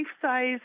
size